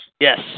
Yes